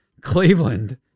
Cleveland